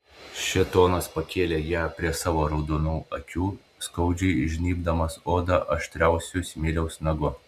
šėtonas pakėlė ją prie savo raudonų akių skaudžiai žnybdamas odą aštriausiu smiliaus nagu